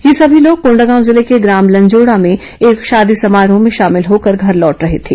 ये सभी लोग कोंडागांव जिले के ग्राम लंजोड़ा में एक शादी समारोह में शामिल होकर घर लौट रहे थे